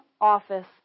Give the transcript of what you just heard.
office